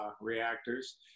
reactors